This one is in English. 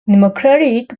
democratic